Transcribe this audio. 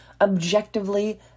objectively